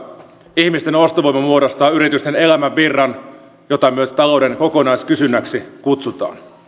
ihmisten ostovoima muodostaa yritysten elämänvirran jota myös talouden kokonaiskysynnäksi kutsutaan